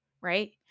right